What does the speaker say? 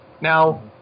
Now